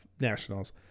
Nationals